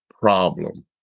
problem